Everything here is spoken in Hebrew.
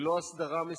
ללא הסדרה מספקת.